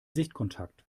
sichtkontakt